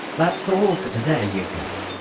but so all for today, and users!